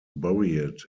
buried